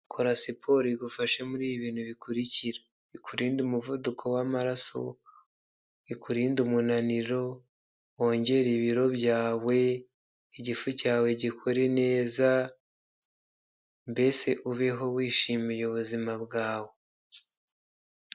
Kora siporo igufashe muri ibi bikurikira ikurinde umuvuduko wamaraso ,ikurinde umunaniro, wongere ibiro byawe, igifu cyawe gikore neza mbese ubeho wishimiye ubuzima bwawe.